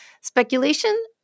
speculation